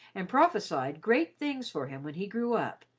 and prophesied great things for him when he grew up,